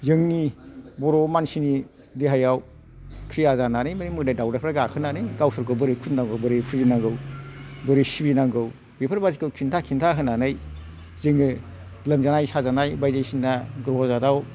जोंनि बर' मानसिनि देहायाव ख्रिया जानानै बे मोदाय दावदायफ्रा गावसोरखौ बोरै खुलुमनांगौ बोरै फुजिनांगौ बोरै सिबि नांगौ बेफोर बायदिखौ खिन्था खिन्था होनानै जोङो लोमजानाय साजानाय बायदिसिना ग्रह जादाव